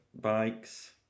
bikes